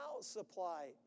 supply